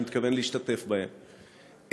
שאני מתכוון להשתתף בהם,